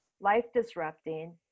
life-disrupting